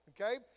Okay